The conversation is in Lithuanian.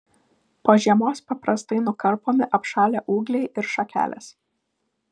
po žiemos paprastai nukarpomi apšalę ūgliai ir šakelės